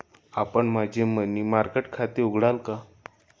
आपण माझे money market खाते उघडाल का?